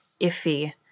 iffy